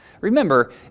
Remember